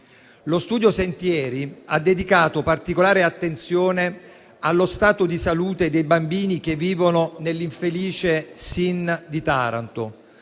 Lo Studio Sentieri ha dedicato particolare attenzione allo stato di salute dei bambini che vivono nell'infelice SIN di Taranto,